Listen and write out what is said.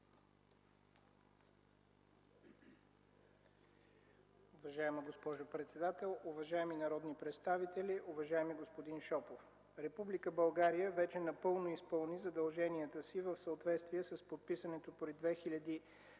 Уважаема госпожо председател, уважаеми народни представители, уважаеми господин Шопов! Република България вече напълно изпълни задълженията си в съответствие с подписаното през 2008 г.